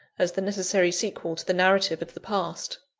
as the necessary sequel to the narrative of the past.